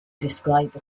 describe